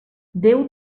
déu